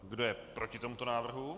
Kdo je proti tomuto návrhu?